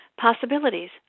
possibilities